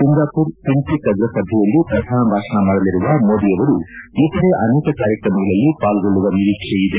ಸಿಂಗಾಮರ fintech ಅಗ್ರಸಭೆಯಲ್ಲಿ ಪ್ರಧಾನ ಭಾಷಣ ಮಾಡಲಿರುವ ಮೋದಿಯವರು ಇತರೆ ಅನೇಕ ಕಾರ್ಯಕ್ರಮದಲ್ಲಿ ಪಾಲ್ಗೊಳ್ಳುವ ನಿರೀಕ್ಷೆಯಿದೆ